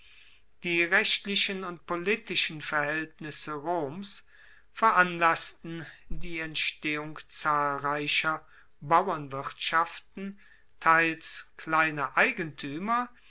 die rechtlichen und politischen verhaeltnisse roms veranlassten die entstehung zahlreicher bauernwirtschaften teils kleiner eigentuemer